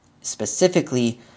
specifically